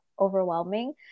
overwhelming